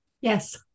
Yes